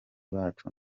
bacu